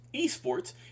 eSports